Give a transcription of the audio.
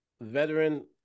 veteran